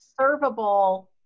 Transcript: servable